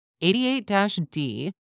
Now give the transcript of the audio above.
88-D